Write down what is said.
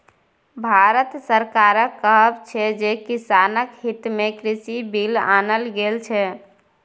भारत सरकारक कहब छै जे किसानक हितमे कृषि बिल आनल गेल छै